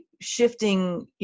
shifting